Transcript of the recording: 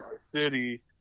city